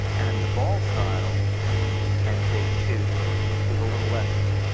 and the ball style can take two with a little effort.